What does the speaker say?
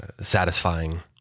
satisfying